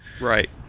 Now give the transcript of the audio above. Right